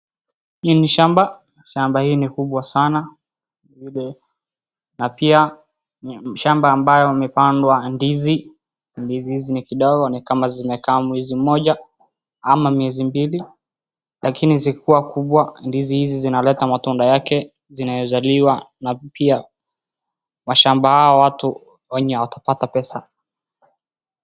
Hii ni shamba, shamba hii ni kubwa sana na pia ni shamba ambayo imepandwa ndizi. Ndizi hizi ni kidogo ni kama zimekaa mwezi moja ama miezi mbili lakini zikiwa kubwa ndizi hizi zinaleta matunda yake, zinaezaliwa. Na pia mashamba ya hawa watu wenye watapata pesa.